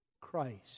Christ